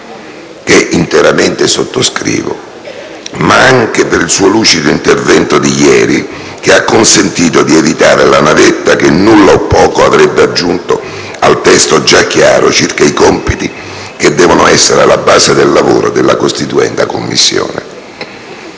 interamente, ma anche per il suo lucido intervento di ieri, che ha consentito di evitare la navetta che nulla o poco avrebbe aggiunto al testo, già chiaro circa i compiti che devono essere alla base del lavoro della costituenda Commissione.